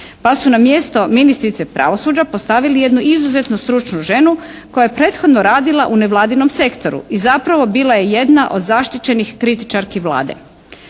Pa su na mjesto ministrice pravosuđa postavili jednu izuzetno stručnu ženu koja je prethodno radila u nevladinom sektoru. I zapravo bila je jedna od zaštićenih kritičarki Vlade.